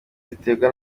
ziterwa